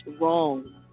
wrong